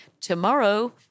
Tomorrow